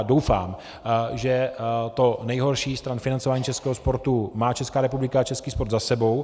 Doufám, že to nejhorší stran financování českého sportu má Česká republika a český sport za sebou.